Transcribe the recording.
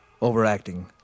Overacting